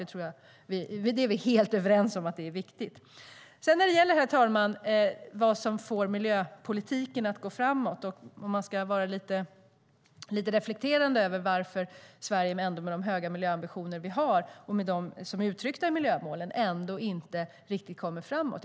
Vi är helt överens om att det är viktigt. När det sedan gäller vad som får miljöpolitiken att gå framåt, herr talman, kan man lite grann reflektera över varför Sverige med de höga miljöambitioner vi har, som är uttryckta i miljömålen, ändå inte riktigt kommer framåt.